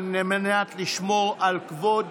על מנת לשמור על כבוד